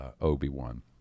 Obi-Wan